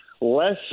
less